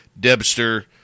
Debster